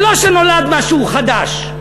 זה לא שנולד משהו חדש.